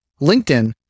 LinkedIn